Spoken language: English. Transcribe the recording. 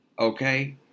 Okay